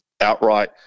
outright